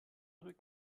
rücken